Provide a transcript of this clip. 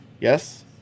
Yes